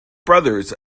brothers